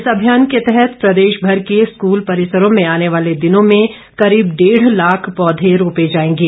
इस अभियान के तहत प्रदेश भर के स्कूल परिसरों में आने वाले दिनों में करीब डेढ़ लाख पौधे रोपे जाएंगे